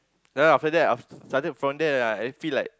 then after that of started from there right I feel like